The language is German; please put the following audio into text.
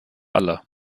aller